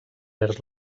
vers